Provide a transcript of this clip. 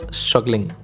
struggling